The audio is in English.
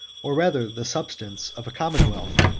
or rather the substance, of a commonwealth.